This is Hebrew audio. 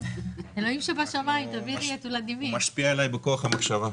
--- חבר הכנסת ולדימיר בליאק שנכנס כעת לעדכן אותך: